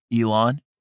Elon